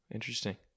Interesting